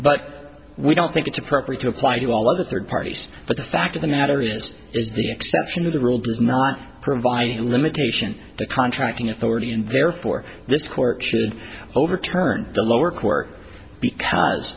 but we don't think it's appropriate to apply to all other third parties but the fact of the matter is is the exception to the rule does not provide any limitation to contracting authority and therefore this court should overturn the lower court because